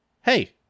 Hey